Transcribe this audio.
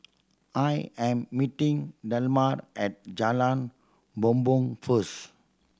I am meeting Delmar at Jalan Bumbong first